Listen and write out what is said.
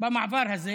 במעבר הזה